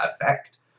effect